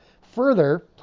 Further